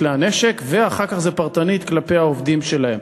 ואחר כך פרטנית כלפי העובדים שלהם,